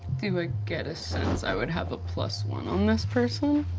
do i get a sense i would have a plus one on this person?